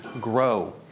grow